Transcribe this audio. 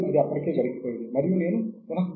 మరియు ISSN సంఖ్య కొన్ని పరిధి లలో ఉంటుంది